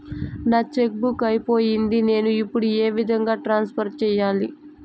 నా cheque book అయిపోయింది నేను ఇప్పుడు ఏ విధంగా ట్రాన్స్ఫర్ సేయాలి?